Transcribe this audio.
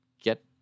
get